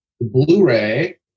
Blu-ray